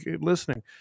listening